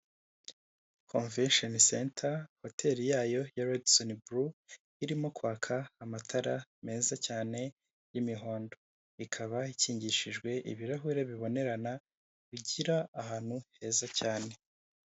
Komvesheni Senta, hoteli yayo ya Redisoni Bulu, irimo kwaka amatara meza cyane y'imihondo, ikaba ikingishijwe ibirahure bibonerana bigira ahantu heza cyane.